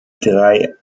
drei